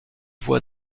voix